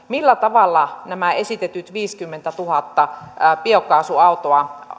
millä tavalla nämä esitetyt viisikymmentätuhatta biokaasuautoa